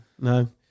no